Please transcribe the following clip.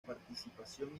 participación